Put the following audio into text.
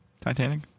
Titanic